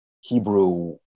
Hebrew